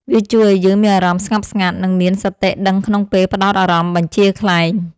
វាជួយឱ្យយើងមានអារម្មណ៍ស្ងប់ស្ងាត់ និងមានសតិដឹងក្នុងពេលផ្ដោតអារម្មណ៍បញ្ជាខ្លែង។